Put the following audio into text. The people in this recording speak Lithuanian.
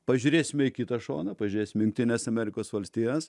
pažiūrėsime į kitą šoną pažiūrėsim į jungtines amerikos valstijas